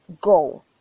go